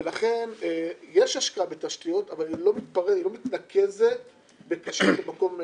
ולכן יש השקעה בתשתיות אבל היא לא מתנקזת --- למקום אחד.